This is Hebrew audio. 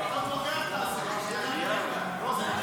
חוק רישוי עסקים (תיקון מס'